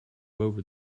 over